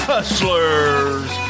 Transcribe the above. Hustlers